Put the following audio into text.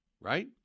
right